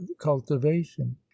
cultivation